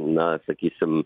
na sakysim